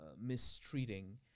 mistreating